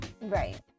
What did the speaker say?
Right